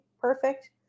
perfect